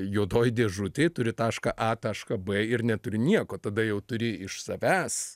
juodoj dėžutėj turi tašką a tašką b ir neturi nieko tada jau turi iš savęs